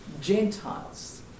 Gentiles